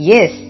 Yes